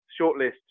shortlist